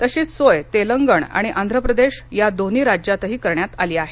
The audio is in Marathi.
तशीच सोय तेलंगण आणि आंध्रप्रदेश या दोन राज्यांतही करण्यात आली आहे